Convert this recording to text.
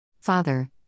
Father